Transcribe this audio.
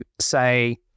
say